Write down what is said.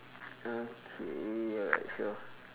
okay alright sure